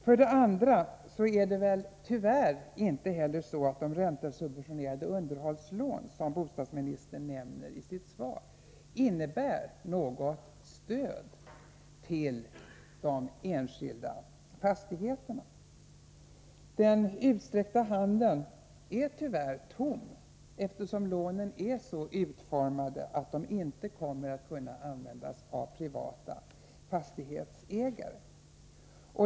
För det andra är det tyvärr inte heller så att de räntesubventionerade underhållslån som bostadsministern nämner i sitt svar innebär något stöd till de enskilda fastighetsägarna. Den utsträckta handen är tyvärr tom, eftersom lånen är så utformade att de inte kommer att kunna användas av privata fastighetsägare.